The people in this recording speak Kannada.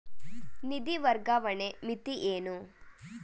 ನಿಧಿ ವರ್ಗಾವಣೆಯ ಮಿತಿ ಏನು?